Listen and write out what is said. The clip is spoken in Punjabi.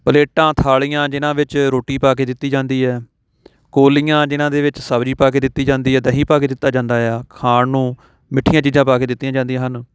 ਪਲੇਟਾਂ ਥਾਲੀਆਂ ਜਿਨ੍ਹਾਂ ਵਿੱਚ ਰੋਟੀ ਪਾ ਕੇ ਦਿੱਤੀ ਜਾਂਦੀ ਹੈ ਕੋਲੀਆਂ ਜਿਨ੍ਹਾਂ ਦੇ ਵਿੱਚ ਸਬਜ਼ੀ ਪਾ ਕੇ ਦਿੱਤੀ ਜਾਂਦੀ ਹੈ ਦਹੀਂ ਪਾ ਕੇ ਦਿੱਤਾ ਜਾਂਦਾ ਆ ਖਾਣ ਨੂੰ ਮਿੱਠੀਆਂ ਚੀਜ਼ਾਂ ਪਾ ਕੇ ਦਿੱਤੀਆਂ ਜਾਂਦੀਆਂ ਹਨ